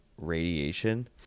radiation